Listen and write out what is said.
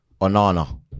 Onana